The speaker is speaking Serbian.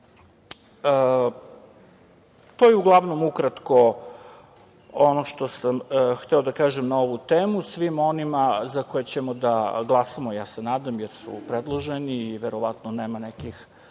je uglavnom ukratko ono što sam hteo da kažem na ovu temu. Svima onima za koje ćemo da glasamo, ja se nadam, jer su predloženi i verovatno nema nekih